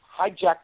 hijack